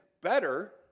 better